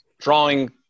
drawing